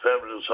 family